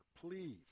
please